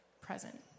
present